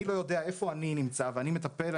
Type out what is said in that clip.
אני לא יודע איפה אני נמצא, ואני חושב